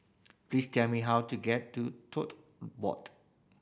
please tell me how to get to Tote Board